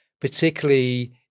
particularly